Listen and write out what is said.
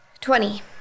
Twenty